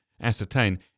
ascertain